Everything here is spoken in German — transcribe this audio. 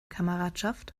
kameradschaft